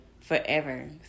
forever